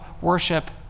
worship